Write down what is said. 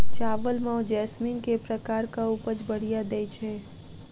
चावल म जैसमिन केँ प्रकार कऽ उपज बढ़िया दैय छै?